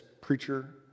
preacher